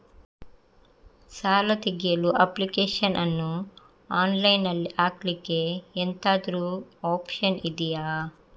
ಸಾಲ ತೆಗಿಯಲು ಅಪ್ಲಿಕೇಶನ್ ಅನ್ನು ಆನ್ಲೈನ್ ಅಲ್ಲಿ ಹಾಕ್ಲಿಕ್ಕೆ ಎಂತಾದ್ರೂ ಒಪ್ಶನ್ ಇದ್ಯಾ?